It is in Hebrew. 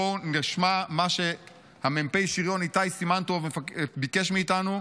בואו נשמע מה שמ"פ השירון איתי סימן טוב ביקש מאיתנו,